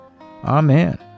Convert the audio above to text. Amen